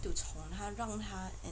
宠他让他